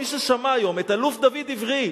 מי ששמע היום את אלוף דוד עברי,